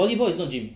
volleyball is not gym